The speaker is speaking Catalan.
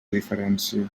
diferència